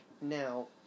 now